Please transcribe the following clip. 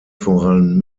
voran